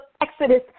Exodus